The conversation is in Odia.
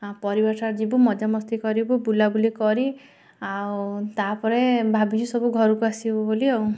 ପରିବାର ସହ ଯିବୁ ମଜାମସ୍ତି କରିବୁ ବୁଲାବୁଲି କରି ଆଉ ତାପରେ ଭାବିଛୁ ସବୁ ଘରକୁ ଆସିବୁ ବୋଲି ଆଉ